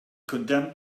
condemned